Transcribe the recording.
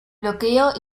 bloqueo